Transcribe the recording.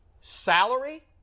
salary